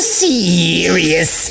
serious